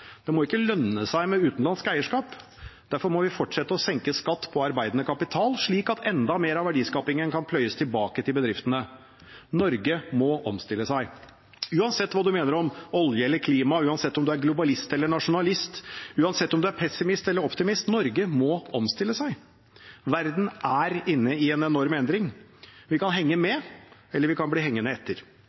Det må ikke lønne seg med utenlandsk eierskap. Derfor må vi fortsette å senke skatt på arbeidende kapital, slik at enda mer av verdiskapingen kan pløyes tilbake til bedriftene. Norge må omstille seg, uansett hva man mener om olje eller klima, uansett om man er globalist eller nasjonalist, uansett om man er pessimist eller optimist. Norge må omstille seg. Verden er inne i en enorm endring. Vi kan henge med, eller vi kan bli hengende etter.